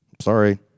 Sorry